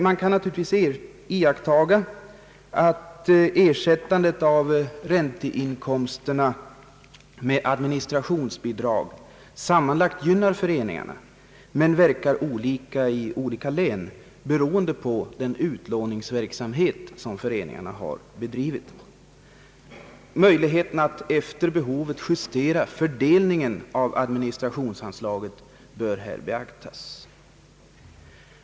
Man kan dock iaktta att ersättandet av ränteinkomsterna med ett administrationsbidrag sammanlagt gynnar föreningarna men verkar olika i olika län beroende på den utlåningsverksamhet som föreningarna har bedrivit. Möjligheten att efter behovet justera fördelningen av administrationsbidragen bör här beaktas.